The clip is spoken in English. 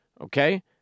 Okay